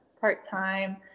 part-time